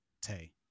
tay